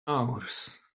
hours